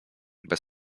bez